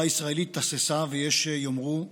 החברה הישראלית תססה, ויש שיאמרו נקרעה.